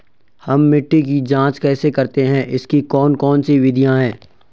हम मिट्टी की जांच कैसे करते हैं इसकी कौन कौन सी विधियाँ है?